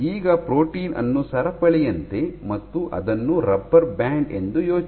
ಈಗ ಪ್ರೋಟೀನ್ ಅನ್ನು ಸರಪಳಿಯಂತೆ ಮತ್ತು ಇದನ್ನು ರಬ್ಬರ್ ಬ್ಯಾಂಡ್ ಎಂದು ಯೋಚಿಸಿ